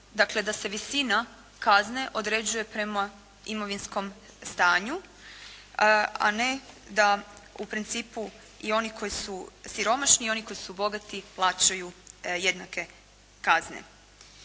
Dakle da se visina kazne određuje prema imovinskom stanju, a ne da u principu i oni koji su siromašni i oni koji su bogati plaćaju jednake kazne.